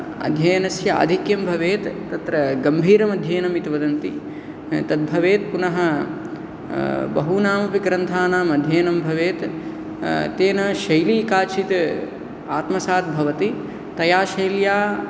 अध्ययनस्य आधिक्यं भवेत् तत्र गम्भीरम् अध्ययनं इति भवन्ति तद् भवेत् पुनः बहूनामपि ग्रन्थानाम् अध्ययनं भवेत् तेन शैली काचित् आत्मसात् भवति तया शैल्या